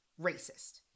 racist